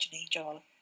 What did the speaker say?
angel